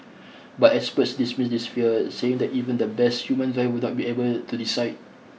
but experts dismiss this fear saying that even the best human driver would not be able to decide